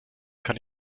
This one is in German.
kann